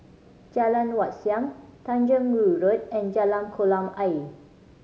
Jalan Wat Siam Tanjong Rhu Road and Jalan Kolam Ayer